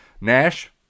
Nash